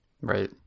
Right